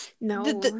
no